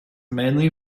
mainly